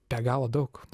be galo daug